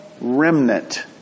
remnant